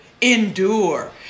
endure